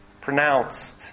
pronounced